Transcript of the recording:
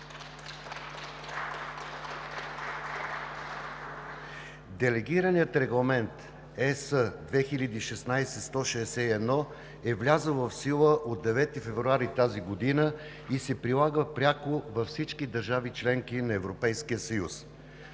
Делегираният регламент ЕС/2016/161 е влязъл в сила от 9 февруари тази година и се прилага пряко във всички държави – членки на Европейския съюз.